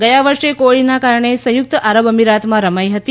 ગયા વર્ષે કોવિડના કારણે સંયુક્ત આરબ અમીરાતમાં રમાઈ હતી